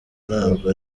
ntabwo